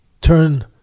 turn